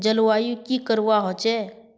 जलवायु की करवा होचे?